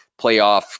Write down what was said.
playoff